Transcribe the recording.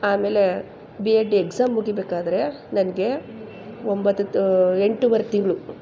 ಆಮೇಲೆ B Ed exam ಮುಗಿಬೇಕಾದರೆ ನನಗೆ ಒಂಬತ್ತ ದ ಎಂಟುವರೆ ತಿಂಗಳು